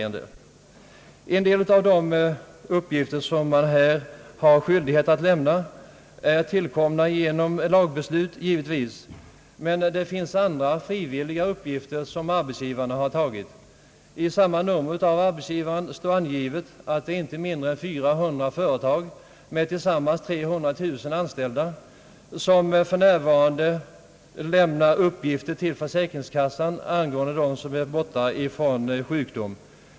En del av de uppgifter som man har skyldighet att lämna sammanhänger givetvis med föreskrifter i lag, men det finns andra uppgifter som arhetsgivarna frivilligt har åtagit sig att lämna. I samma nummer av Arbetsgivaren sägs, att inte mindre än 400 företag med tillsammans 300 000 anställda för närvarande lämnar uppgifter till försäkringskassan angående dem som är borta på grund av sjukdom.